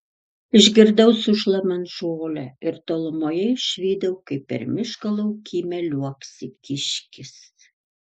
išgirdau sušlamant žolę ir tolumoje išvydau kaip per miško laukymę liuoksi kiškis